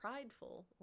prideful